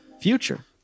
future